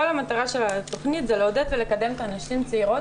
כל המטרה של התוכנית היא לקדם ולעודד נשים צעירות